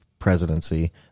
presidency